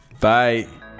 Bye